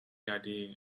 idea